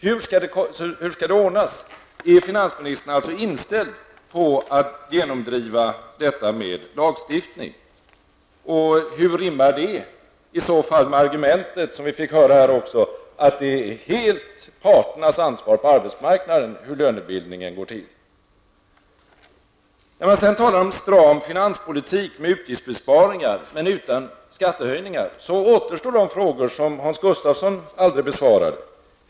Hur skall det ordnas? Är finansministern inställd på att genomdriva detta med lagstiftning? Hur rimmar det i så fall med de argument som vi fick höra att det är helt parternas ansvar på arbetsmarknaden hur lönebildningen går till? När man sedan talar om stram finanspolitik med utgiftsbesparingar utan skattehöjningar så återstår de frågor som Hans Gustafsson aldrig besvarade.